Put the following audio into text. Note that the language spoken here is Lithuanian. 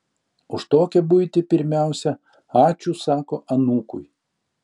už tokią buitį pirmiausia ačiū sako anūkui